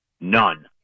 none